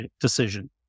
decision